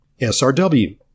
SRW